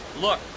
Look